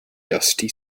dusty